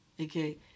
okay